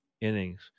innings